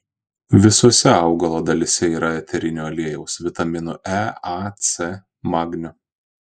visose augalo dalyse yra eterinio aliejaus vitaminų e a c magnio